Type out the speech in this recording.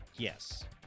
Yes